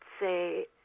say